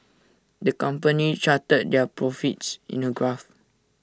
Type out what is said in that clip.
the company charted their profits in A graph